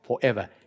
forever